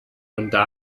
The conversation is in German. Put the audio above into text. unter